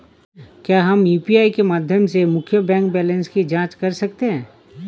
क्या हम यू.पी.आई के माध्यम से मुख्य बैंक बैलेंस की जाँच कर सकते हैं?